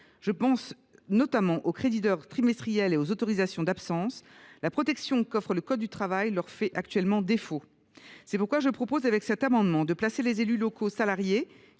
je pense notamment aux crédits d’heures trimestriels et aux autorisations d’absence –, la protection qu’offre le code du travail leur fait actuellement défaut. C’est pourquoi je propose, avec cet amendement, de placer les élus locaux salariés,